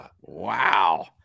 Wow